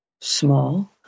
small